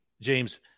James